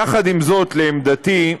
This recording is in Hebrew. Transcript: יחד עם זאת, לעמדתי,